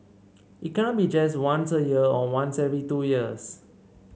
it can't be just once a year or once every two years